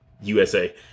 USA